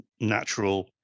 natural